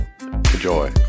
Enjoy